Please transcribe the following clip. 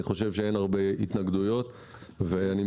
אני חושב שאין הרבה התנגדויות.